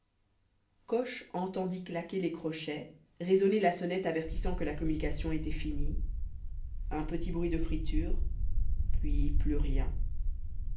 coche entendit claquer les crochets résonner la sonnette avertissant que la communication était finie un petit bruit de friture puis plus rien